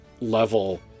level